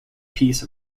piece